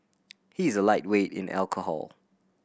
he is a lightweight in alcohol